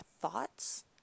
thoughts